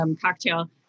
cocktail